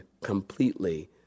completely